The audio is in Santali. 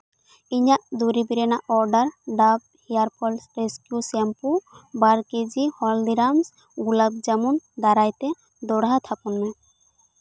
ᱤᱧᱟᱹᱜ ᱫᱩᱨᱤᱵ ᱨᱮᱱᱟᱜ order Dove hair fall rescue shampoo bar KG Haldiram's gulab jamun ᱫᱟᱨᱟᱭᱛᱮ ᱫᱚᱦᱲᱟ ᱛᱷᱟᱯᱚᱱ ᱢᱮ